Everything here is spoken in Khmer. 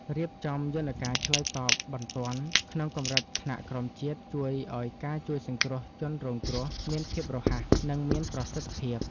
រៀបចំយន្តការឆ្លើយតបបន្ទាន់ក្នុងកម្រិតថ្នាក់ក្រោមជាតិជួយឱ្យការជួយសង្គ្រោះជនរងគ្រោះមានភាពរហ័ស និង មានប្រសិទ្ធភាព។